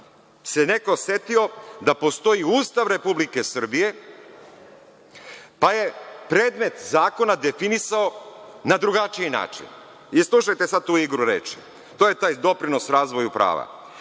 se neko setio da postoji Ustav Republike Srbije, pa je predmet zakona definisao na drugačiji način. Slušajte sad tu igru reči, to je taj doprinos razvoju prava,